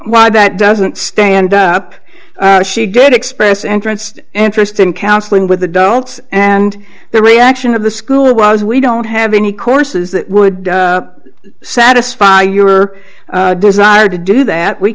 why that doesn't stand up she did express entrance interest in counseling with adults and the reaction of the school was we don't have any courses that would satisfy your desire to do that we